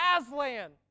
Aslan